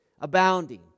abounding